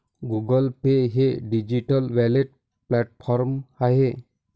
Google Pay हे digital wallet platform आहे